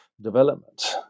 development